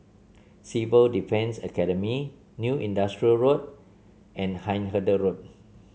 Civil Defence Academy New Industrial Road and Hindhede Road